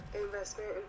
investment